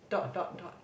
dot dot dot